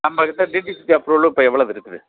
நம்மக்கிட்ட DTCP approval இப்போ எவ்வளவு இருக்குது